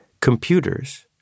computers